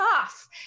off